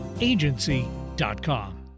Agency.com